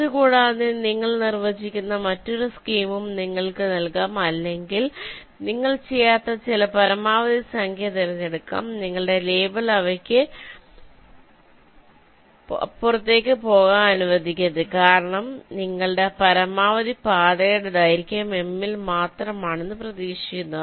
ഇതുകൂടാതെ നിങ്ങൾ നിർവ്വചിക്കുന്ന മറ്റൊരു സ്കീമും നിങ്ങൾക്ക് നൽകാം അല്ലെങ്കിൽ നിങ്ങൾ ചെയ്യാത്ത ചില പരമാവധി സംഖ്യ തിരഞ്ഞെടുക്കാം നിങ്ങളുടെ ലേബൽ അവയ്ക്ക് അപ്പുറത്തേക്ക് പോകാൻ അനുവദിക്കരുത് കാരണം നിങ്ങളുടെ പരമാവധി പാതയുടെ ദൈർഘ്യം m ൽ മാത്രമാണെന്ന് പ്രതീക്ഷിക്കുന്നു